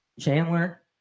Chandler